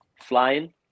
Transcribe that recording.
flying